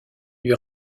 lui